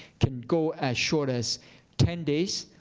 can go as short as ten days,